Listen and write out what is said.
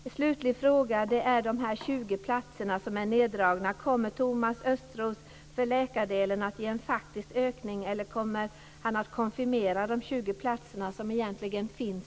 En slutlig fråga gäller neddragningen med 20 platser: Kommer Thomas Östros att ge en faktisk ökning för läkardelen eller kommer han att konfirmera de 20 platser som i praktiken finns?